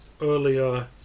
earlier